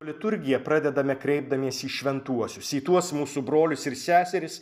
liturgija pradedame kreipdamiesi į šventuosius į tuos mūsų brolius ir seseris